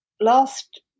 last